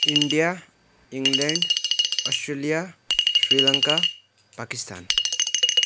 India England Australia Sri Lanka Pakistan